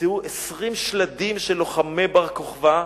נמצאו 20 שלדים של לוחמי בר-כוכבא,